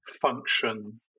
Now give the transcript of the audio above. function